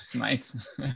Nice